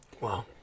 Wow